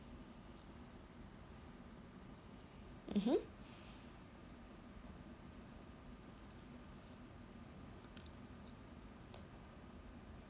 mmhmm